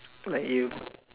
like you